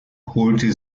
holte